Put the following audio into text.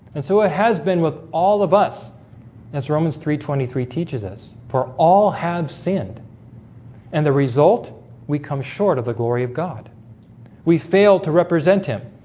and so it has been with all of us as romans three twenty three teaches us for all have seen and the result we come short of the glory of god we failed to represent him